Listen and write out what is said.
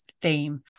theme